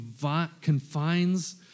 confines